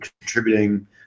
contributing